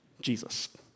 Jesus